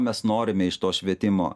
mes norime iš to švietimo